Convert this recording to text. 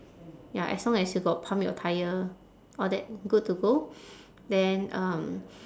ya as long as you got pump your tyre all that good to go then um